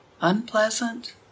unpleasant